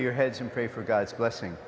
your heads and pray for god's blessing